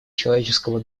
человеческого